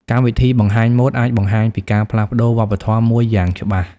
កម្មវិធីបង្ហាញម៉ូដអាចបង្ហាញពីការផ្លាស់ប្តូរវប្បធម៌មួយយ៉ាងច្បាស់។